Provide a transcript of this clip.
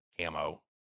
camo